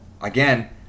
again